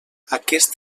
aquest